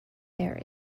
air